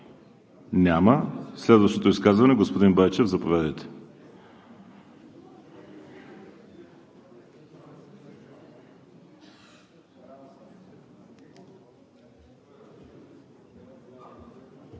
Няма. Следващо изказване – господин Байчев. Заповядайте.